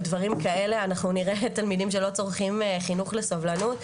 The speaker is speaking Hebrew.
דברים כאלה אנחנו נראה תלמידים שלא צורכים חינוך לסובלנות.